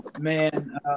Man